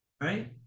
Right